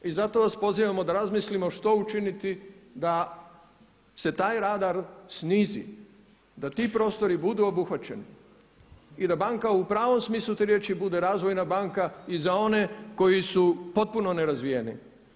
I zato vas pozivamo da razmislimo što učiniti da se taj radar snizi, da ti prostori budu obuhvaćeni i da banka u pravom smislu te riječi bude razvojna banka i za one koji su potpuno nerazvijeni.